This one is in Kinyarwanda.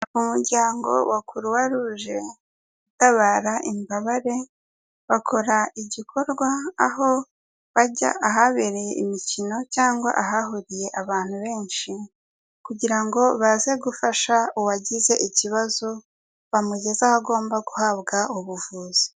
Umuryango wa croix rouge utabara imbabare, bakora igikorwa aho bajya ahabereye imikino cyangwa ahahuriye abantu benshi kugira ngo baze gufasha uwagize ikibazo bamugezaho agomba guhabwa ubuvuzi.